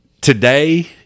today